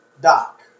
Doc